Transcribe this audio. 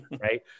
Right